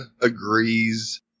agrees